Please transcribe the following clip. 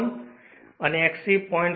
1 અને Xe 0